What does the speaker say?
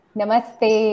Namaste